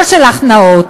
לא של הכְנעות,